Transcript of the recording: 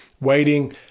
waiting